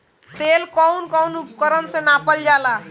तेल कउन कउन उपकरण से नापल जाला?